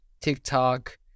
TikTok